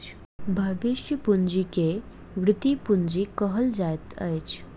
भविष्य पूंजी के वृति पूंजी कहल जाइत अछि